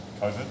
COVID